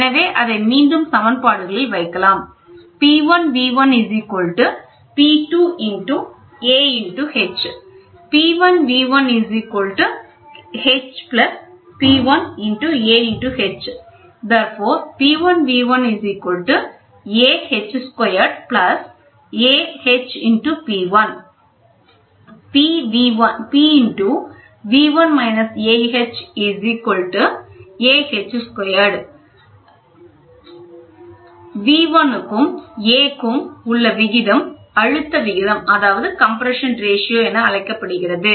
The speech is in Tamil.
எனவே அதை மீண்டும் சமன்பாடுகளில் வைக்கலாம் V1 க்கும் a க்கும் உள்ள விகிதம் அழுத்த விகிதம் என அழைக்கப்படுகிறது